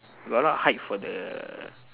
got a lot of hype for the